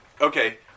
okay